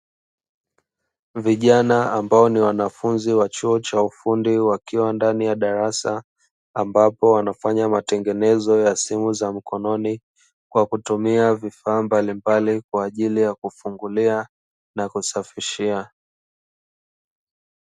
Vijana ambao ni wanafunzi wa chuo cha ufundi wakiwa ndani ya darasa, ambapo wanafanya matengenezo ya simu za mkononi kwa kutumia vifaa mbalimbali kwa ajili ya kufungulia na kusafishia.